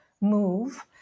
move